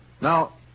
Now